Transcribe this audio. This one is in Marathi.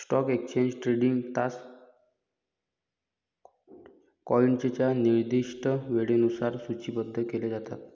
स्टॉक एक्सचेंज ट्रेडिंग तास क्लायंटच्या निर्दिष्ट वेळेनुसार सूचीबद्ध केले जातात